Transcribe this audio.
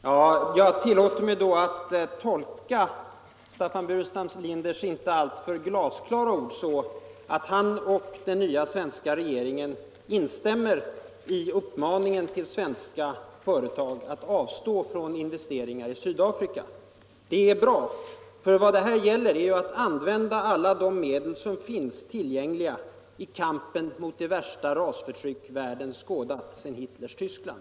Herr talman! Jag tillåter mig då ati tolka herr Burenstam Linders inte dirckt glasklara ord så att han och den nya svenska regeringen instämmer i uppmaningen till svenska företag att avstå från investeringar I Sydafrika. Det är bra, ty vad det här gäller är att använda alla de medel som finns tillgängliga i kampen mot det värsta rasförtryck världen skådat sedan Hitlers Tyskland.